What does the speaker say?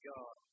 God